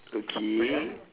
okay